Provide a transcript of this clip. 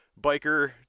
biker